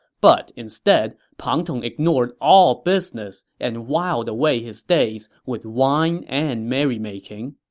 but instead, pang tong ignored all business and whiled away his days with wine and merrymaking.